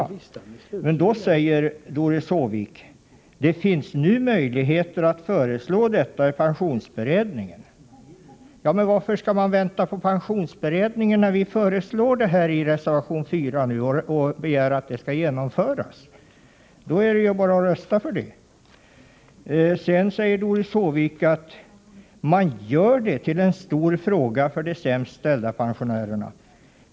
Då säger emellertid Doris Håvik att det finns möjlighet att föreslå detta i pensionsberedningen. Varför skall man vänta på pensionsberedningens förslag, när vi i reservation 4 begär att detta skall genomföras? Då är det ju bara att rösta för det förslaget! Sedan säger Doris Håvik att man gör detta till en stor fråga för de sämst ställda pensionärerna.